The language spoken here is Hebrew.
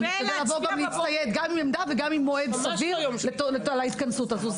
אנחנו נשתדל לבוא ולהצטייד גם עם עמדה וגם עם מועד סביר להתכנסות הזו.